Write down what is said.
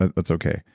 that's okay.